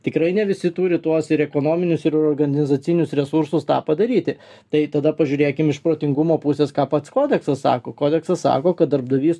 tikrai ne visi turi tuos ir ekonominius ir organizacinius resursus tą padaryti tai tada pažiūrėkim iš protingumo pusės ką pats kodeksas sako kodeksas sako kad darbdavys